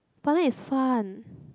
but then it's fun